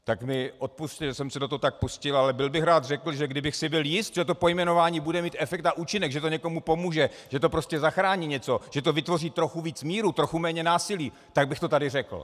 Tak mi odpusťte, že jsem se do toho tak pustil, ale byl bych rád řekl, že kdybych si byl jist, že to pojmenování bude mít efekt a účinek, že to někomu pomůže, že to prostě něco zachrání, že to vytvoří trochu víc míru, trochu méně násilí, tak bych to tady řekl.